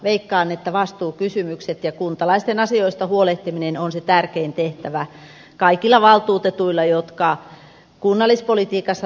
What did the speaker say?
veikkaan että vastuukysymykset ovat tärkeimpiä ja kuntalaisten asioista huolehtiminen on se tärkein tehtävä kaikilla valtuutetuilla jotka kunnallispolitiikassa toimivat